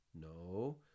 no